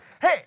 Hey